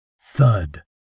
thud